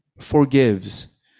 forgives